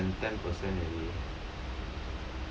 I less than ten per cent already